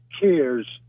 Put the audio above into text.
cares